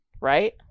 right